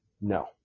no